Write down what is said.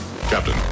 Captain